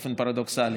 באופן פרדוקסלי.